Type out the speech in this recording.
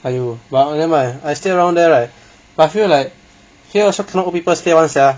!aiyo! but never mind I stay around there right I feel like here also got a lot of old people stay [one] sia